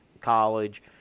college